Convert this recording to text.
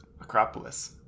acropolis